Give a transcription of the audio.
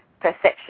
perception